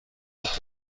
بهبود